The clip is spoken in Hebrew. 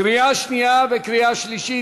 קריאה שנייה וקריאה שלישית.